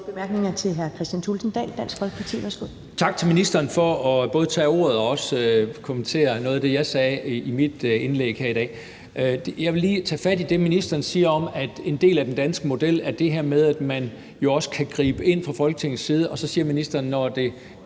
bemærkning er til hr. Kristian Thulesen Dahl, Dansk Folkeparti. Værsgo. Kl. 11:32 Kristian Thulesen Dahl (DF): Tak til ministeren for både at tage ordet og kommentere noget af det, jeg sagde i mit indlæg her i dag. Jeg vil lige tage fat i det, ministeren siger om, at en del af den danske model er det her med, at man jo kan gribe ind fra Folketingets side, for ministeren siger